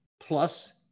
Plus